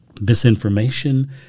misinformation